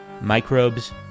microbes